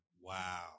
Wow